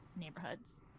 neighborhoods